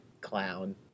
clown